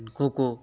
kho kho